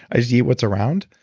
i just eat what's around.